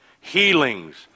Healings